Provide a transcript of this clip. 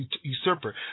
usurper